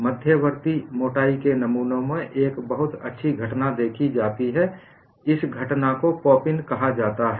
मध्यवर्ती मोटाई के नमूनों में एक बहुत अच्छी घटना देखी जाती है घटना को पॉप इन कहा जाता है